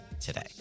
today